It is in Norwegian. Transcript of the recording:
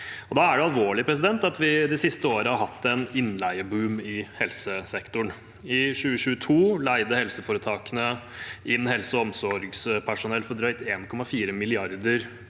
Da er det alvorlig at vi de siste årene har hatt en innleieboom i helsesektoren. I 2022 leide helseforetakene inn helse- og omsorgspersonell for drøyt 1,4 mrd.